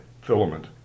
filament